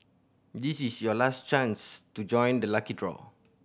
this is your last chance to join the lucky draw